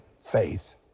faith